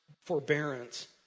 Forbearance